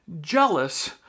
jealous